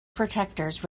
protectors